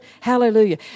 Hallelujah